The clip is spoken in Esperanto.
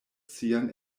sian